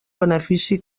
benefici